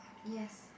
yes